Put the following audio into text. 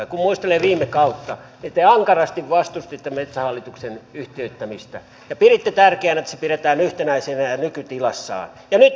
kun muistelen viime kautta niin te ankarasti vastustitte metsähallituksen yhtiöittämistä ja piditte tärkeänä että se pidetään yhtenäisenä ja nykytilassaan